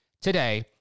Today